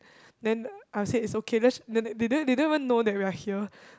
then I will say it's okay let's then they don't they don't even know that we are here